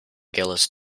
gillis